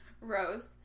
Rose